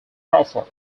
crawford